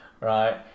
right